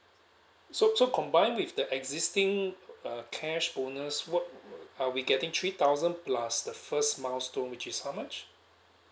so so combine with the existing uh cash bonus what uh we getting three thousand plus the first milestone which is how much